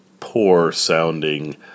poor-sounding